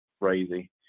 crazy